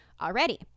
already